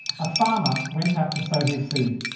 a farmer went out to sow his seed.